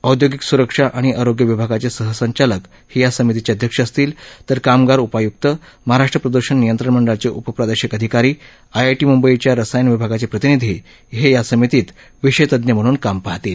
औद्योगिक स्रक्षा आणि आरोग्य विभागाचे सहसंचालक हे या समितीचे अध्यक्ष असतील तर कामगार उपायुक्त महाराष्ट्र प्रदृषण नियंत्रण मंडळाचे उपप्रादेशिक अधिकारी आयआयटी मुंबईच्या रसायन विभागाचे प्रतिनिधी हे या समितीत विषय तज्ञ म्हणून काम पाहतील